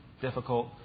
difficult